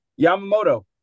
Yamamoto